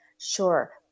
Sure